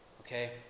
Okay